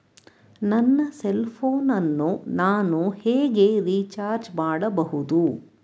ನನ್ನ cell phone ಅನ್ನು ನಾನು ಹೇಗೆ ರಿಚಾರ್ಜ್ ಮಾಡಬಹುದು?